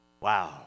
Wow